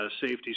safety